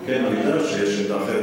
אני יודע שיש עמדה אחרת,